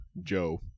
joe